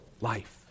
life